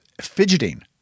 fidgeting